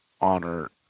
honor